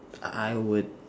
I would